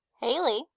Haley